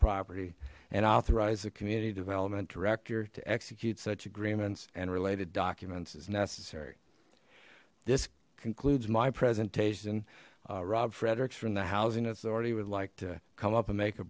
property and authorized the community development director to execute such agreements and related documents as necessary this concludes my presentation rob frederick's from the housing authority would like to come up and make a